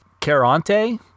Caronte